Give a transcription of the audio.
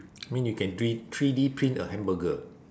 I mean you can three three D print a hamburger